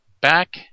Back